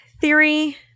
theory